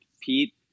Pete